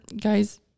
guys